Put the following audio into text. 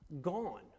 gone